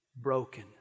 broken